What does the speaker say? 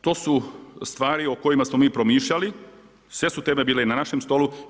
To su stvari o kojima smo mi promišljali, sve su teme bile na našem stolu.